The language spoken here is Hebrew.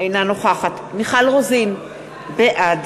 אינה נוכחת מיכל רוזין, בעד